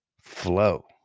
flow